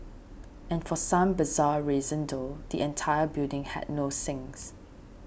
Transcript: and for some bizarre reason though the entire building had no sinks